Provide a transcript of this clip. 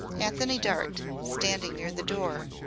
antony dart, standing near the door,